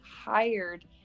hired